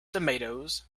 tomatoes